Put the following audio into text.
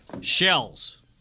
Shells